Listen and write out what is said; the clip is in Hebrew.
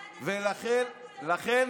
צודקת,